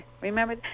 remember